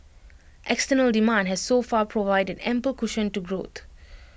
external demand has so far provided ample cushion to growth